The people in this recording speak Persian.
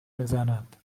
میزند